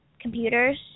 computers